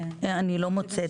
אני לא מוצאת.